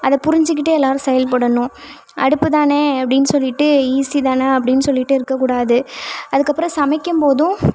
அதை புரிஞ்சிக்கிட்டு எல்லோரும் செயல்படணும் அடுப்பு தானே அப்படின்னு சொல்லிட்டு ஈஸி தான் அப்படின்னு சொல்லிட்டு இருக்கக்கூடாது அதுக்கப்புறம் சமைக்கும் போதும்